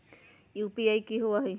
UPI कि होअ हई?